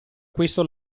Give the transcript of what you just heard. questo